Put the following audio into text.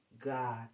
God